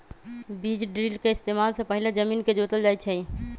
बीज ड्रिल के इस्तेमाल से पहिले जमीन के जोतल जाई छई